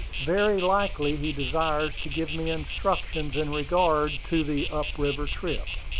very likely he desires to give me instructions in regard to the up-river trip.